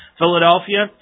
Philadelphia